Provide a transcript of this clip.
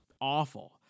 awful